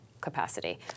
Capacity